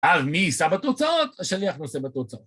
אז מי יישא בתוצאות, השליח נושא בתוצאות.